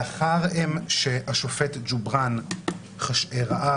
לאחר שהשופט ג'ובראן ראה,